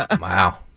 Wow